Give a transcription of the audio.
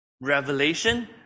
revelation